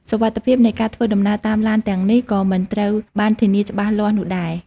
សុវត្ថិភាពនៃការធ្វើដំណើរតាមឡានទាំងនេះក៏មិនត្រូវបានធានាច្បាស់លាស់នោះដែរ។